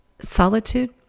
solitude